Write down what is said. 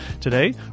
Today